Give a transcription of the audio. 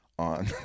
on